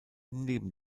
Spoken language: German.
neben